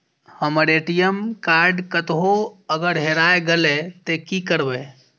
हमर ATM card कतहो अगर हेराय गले ते की करबे?